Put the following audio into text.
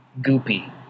goopy